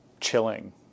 chilling